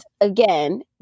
again